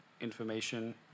information